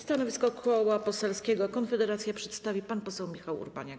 Stanowisko Koła Poselskiego Konfederacja przedstawi pan poseł Michał Urbaniak.